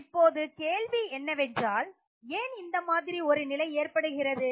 இப்போது கேள்வி என்னவென்றால் ஏன் இந்த மாதிரி ஒரு நிலை ஏற்படுகிறது